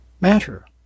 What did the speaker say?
matter